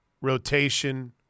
rotation